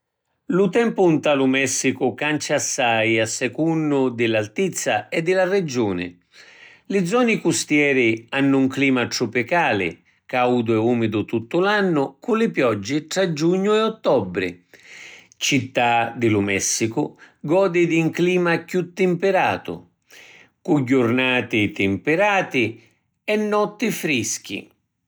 Lu tempu nta lu Messicu cancia assai a secunnu di l’altizza e di la regiuni. Li zoni custieri hannu ‘n clima trupicali: caudu e umidu tuttu l’annu cu li pioggi tra giugnu e ottobri. Città di lu Messicu godi di ‘n clima chiù timpiratu, cu jurnati timpirati e notti frischi.